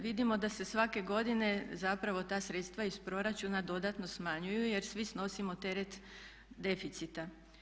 Vidimo da se svake godine zapravo ta sredstva iz proračuna dodatno smanjuju jer svi snosimo teret deficita.